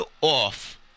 off